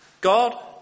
God